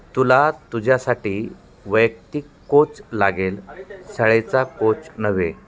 तुला तुझ्यासाठी वैयक्तिक कोच लागेल शाळेचा कोच नव्हे